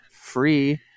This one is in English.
free